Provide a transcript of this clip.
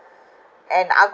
and agoda